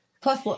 Plus